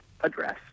address